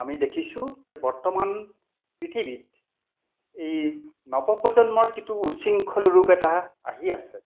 আমি দেখিছোঁ যে বৰ্তমান পৃথিৱীত এই নৱপ্ৰজন্মৰ যিটো উশৃংখল ৰূপ এটা আহি আছে